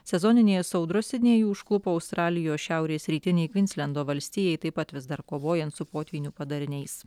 sezoninės audros sidnėjų užklupo australijos šiaurės rytinei kvinslendo valstijai taip pat vis dar kovojant su potvynių padariniais